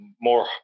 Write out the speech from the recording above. more